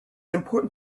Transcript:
important